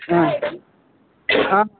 ಹಾಂ ಹಾಂ